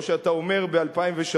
או שאתה אומר ב-2003: